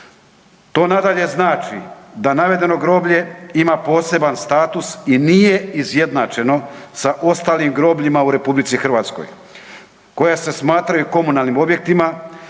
To nadalje znači da navedeno groblje ima poseban status i nije izjednačeno sa ostalim grobljima u RH koja se smatraju komunalnim objektima